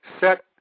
set